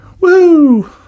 woo